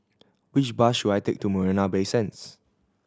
which bus should I take to Marina Bay Sands